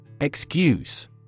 Excuse